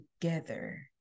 together